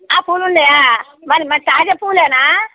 పూలు ఉన్నాయా మరి మరి తాజా పూలా